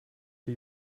die